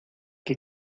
que